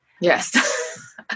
Yes